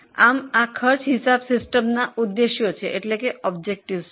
આ પડતર હિસાબીકરણના ઉદ્દેશો છે